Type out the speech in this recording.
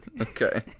Okay